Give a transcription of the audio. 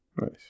Nice